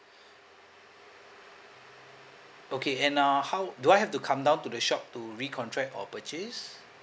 okay and uh how do I have to come down to the shop to recontract or purchase